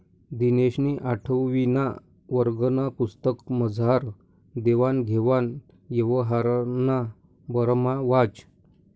दिनेशनी आठवीना वर्गना पुस्तकमझार देवान घेवान यवहारना बारामा वाचं